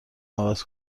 عوض